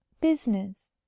business